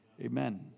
amen